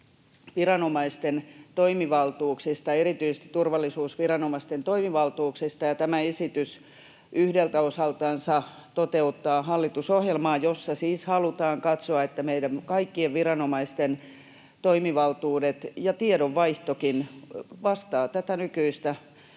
viranomaisten toimivaltuuksista, erityisesti turvallisuusviranomaisten toimivaltuuksista, ja tämä esitys yhdeltä osaltansa toteuttaa hallitusohjelmaa, jossa siis halutaan katsoa, että meidän kaikkien viranomaisten toimivaltuudet ja tiedonvaihtokin vastaavat tätä nykyistä